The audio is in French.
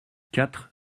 quatre